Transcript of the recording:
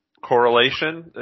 correlation